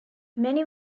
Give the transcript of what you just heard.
many